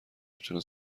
میتونه